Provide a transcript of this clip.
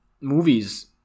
movies